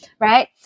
right